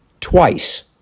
Twice